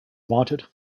wanted